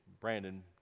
Brandon